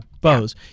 bows